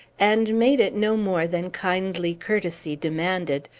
and made it no more than kindly courtesy demanded,